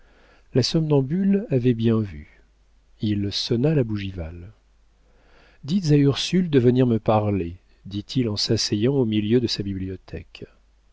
la somnambule avait bien vu il sonna la bougival dites à ursule de venir me parler dit-il en s'asseyant au milieu de sa bibliothèque